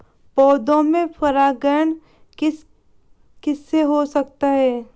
पौधों में परागण किस किससे हो सकता है?